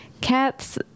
cats